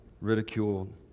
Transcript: ridiculed